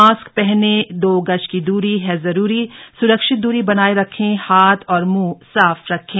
mask पहने दो गज की दूरी है जरूरी सुरक्षित दूरी बनाए रखें हाथ और मुंह साफ रखें